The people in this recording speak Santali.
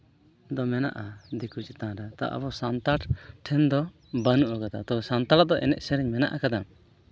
ᱫᱚ ᱢᱮᱱᱟᱜᱼᱟ ᱫᱤᱠᱩ ᱪᱮᱛᱟᱱ ᱨᱮ ᱛᱟ ᱟᱵᱚ ᱥᱟᱱᱛᱟᱲ ᱴᱷᱮᱱ ᱫᱚ ᱵᱟᱹᱱᱩᱜ ᱠᱟᱫᱟ ᱛᱚᱵᱮ ᱥᱟᱱᱛᱟᱲᱟᱜ ᱫᱚ ᱮᱱᱮᱡ ᱥᱮᱨᱮᱧ ᱢᱮᱱᱟᱜ ᱠᱟᱫᱟ